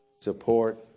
support